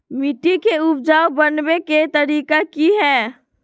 मिट्टी के उपजाऊ बनबे के तरिका की हेय?